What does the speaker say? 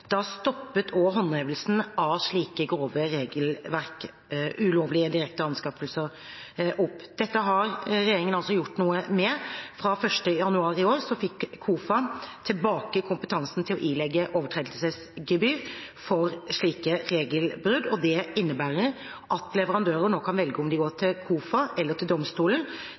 stoppet også håndhevelsen av slike grove regelbrudd – ulovlige direkte anskaffelser – opp. Dette har regjeringen altså gjort noe med. Fra 1. januar i år fikk KOFA tilbake kompetansen til å ilegge overtredelsesgebyr for slike regelbrudd, og det innebærer at leverandører nå kan velge om de går til KOFA eller til